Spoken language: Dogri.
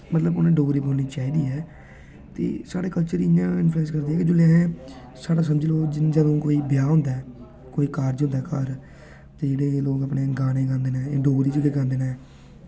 मतलब कि डोगरी बोलनी चाहिदी ऐ ते साढ़े कल्चर इन्फूलेंस करदे के साढ़े समझी लेओ कि जियां कोई ब्याह् होंदा ऐ कोई कारज़ होंदा घर ते लोक गाने गांदे न डोगरी चें गै गांदे न